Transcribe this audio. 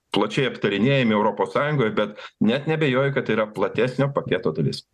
plačiai aptarinėjami europos sąjungoj bet net neabejoju kad tai yra platesnio paketo dalis